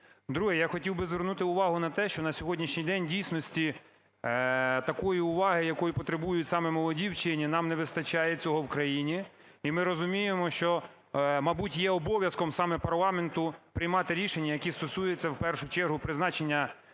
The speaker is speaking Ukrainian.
Друге. Я хотів би звернути увагу на те, що на сьогоднішній день в дійсності такої уваги, якої потребують саме молоді вчені, нам не вистачає цього в країні, і ми розуміємо, що, мабуть, є обов'язком саме парламенту приймати рішення, які стосуються в першу чергу призначення відповідних